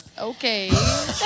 Okay